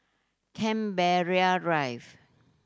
Canberra Drive